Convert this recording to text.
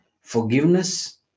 forgiveness